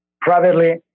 privately